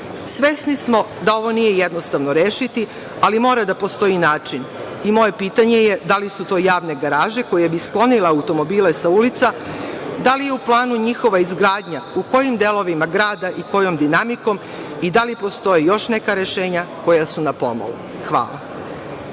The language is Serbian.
smo da ovo nije jednostavno rešiti, ali mora da postoji način. I moje pitanje – da li su to javne garaže koje bi sklonile automobile sa ulica, da li je u planu njihova izgradnja, u kojim delovima grada i kojom dinamikom i da li postoje još neka rešenja koja su na pomolu? Hvala.